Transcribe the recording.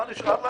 מה נשאר להם?